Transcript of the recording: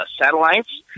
satellites